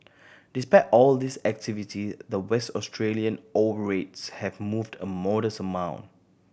despite all this activity the West Australia ore rates have moved a modest amount